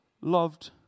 loved